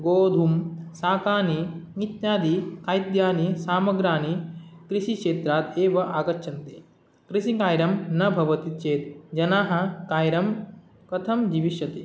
गोधूमः शाकानि इत्यादि खाद्यानि सामग्र्यः कृषिक्षेत्रात् एव आगच्छन्ति कृषिकार्यं न भवति चेत् जनाः कार्यं कथं जीविष्यन्ति